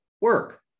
work